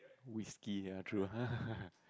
whisky ya true